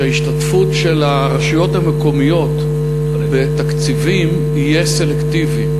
שההשתתפות של הרשויות המקומיות בתקציבים תהיה סלקטיבית.